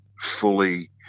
fully